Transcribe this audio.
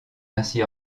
ainsi